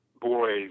boys